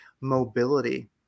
mobility